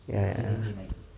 ya